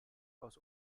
aus